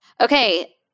Okay